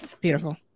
Beautiful